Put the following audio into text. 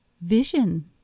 vision